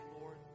Lord